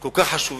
כל כך חשובים,